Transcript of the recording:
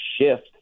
shift